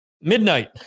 midnight